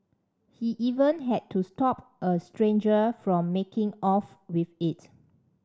he even had to stop a stranger from making off with it